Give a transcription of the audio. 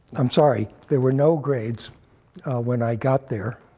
i'm sorry. there were no grades when i got there